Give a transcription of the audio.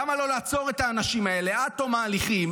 למה לא לעצור את האנשים האלה עד תום ההליכים